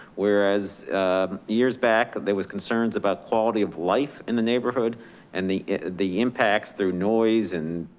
whereas years back there was concerns about quality of life in the neighborhood and the the impacts through noise and.